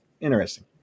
interesting